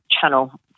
channel